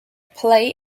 play